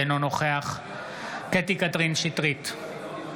אינו נוכח קטי קטרין שטרית,